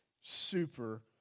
super